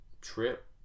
trip